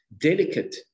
delicate